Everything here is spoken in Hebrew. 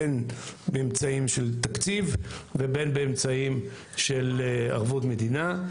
בין באמצעים של תקציב ובין באמצעים של ערבות מדינה.